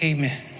Amen